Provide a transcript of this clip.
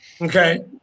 okay